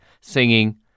singing